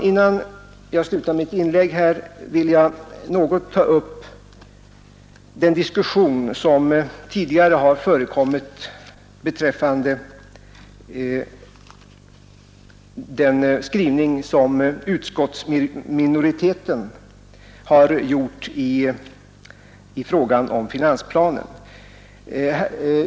Innan jag slutar mitt inlägg här vill jag något ta upp den diskussion som tidigare har förekommit beträffande den skrivning som utskottsminoriteten har gjort i frågan om finansplanen.